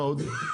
מה עוד?